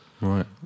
Right